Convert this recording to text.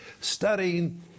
studying